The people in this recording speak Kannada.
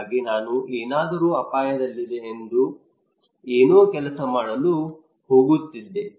ಹಾಗಾಗಿ ನಾನು ಏನಾದರೂ ಅಪಾಯದಲ್ಲಿದೆ ಏನೋ ಕೆಲಸ ಮಾಡಲು ಹೋಗುತ್ತಿದೆ